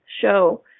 show